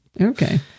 Okay